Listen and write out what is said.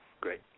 Great